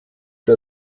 der